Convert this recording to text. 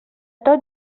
tot